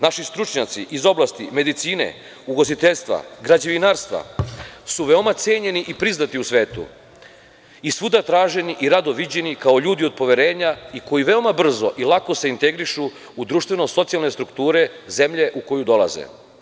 Naši stručnjaci iz oblasti medicine, ugostiteljstva, građevinarstva su veoma cenjeni i priznati u svetu i svuda traženi i rado viđeni kao ljudi od poverenja i koji se veoma brzo i lako integrišu u društveno socijalne strukture zemlje u koju dolaze.